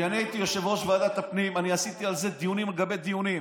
כשאני היית יושב-ראש ועדת הפנים אני עשיתי על זה דיונים על גבי דיונים.